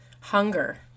hunger